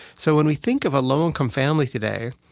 so, when we think of a low-income family today,